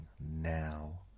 now